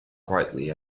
quietly